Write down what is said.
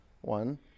One